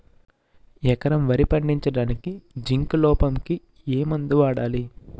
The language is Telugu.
ఎకరం వరి పండించటానికి జింక్ లోపంకి ఏ మందు వాడాలి?